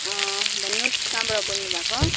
भन्नुहोस् कहाँबाट बोल्नुभएको